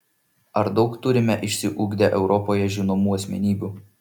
ar daug turime išsiugdę europoje žinomų asmenybių